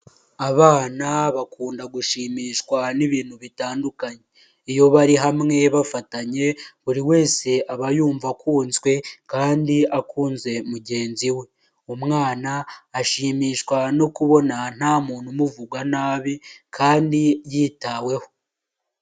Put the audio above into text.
Abana bakunda gushimishwa n'ibintu bitandukanye. Iyo bari hamwe bafatanye, buri wese aba yumva akunzwe kandi akunze mugenzi we. Umwana ashimishwa no kubona nta muntu umuvuga nabi, kandi yitaweho.